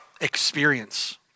experience